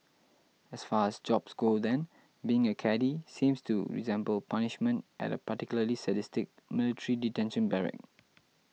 as far as jobs go then being a caddie seems to resemble punishment at a particularly sadistic military detention barrack